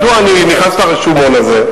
מדוע אני נכנס לרשומון הזה?